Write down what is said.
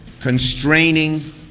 constraining